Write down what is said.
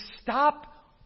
stop